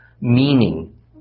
meaning